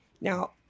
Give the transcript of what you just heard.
now